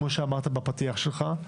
כמו שאמרת בפתיח שלך.